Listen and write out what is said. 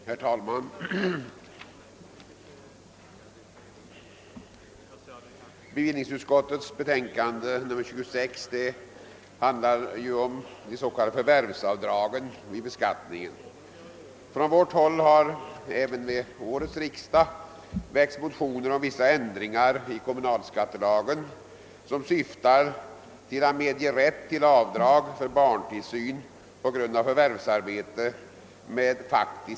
Herr talman! Bevillningsutskottets betänkande nr 26 gäller de s.k. förvärvsavdragen vid beskattningen. Från vårt håll har även vid årets riksdag väckts motioner om vissa ändringar i kommunalskattelagen som syftar till rätt till avdrag med faktiska kostnader för barntillsyn på grund av förvärvsarbete.